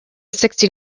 sixty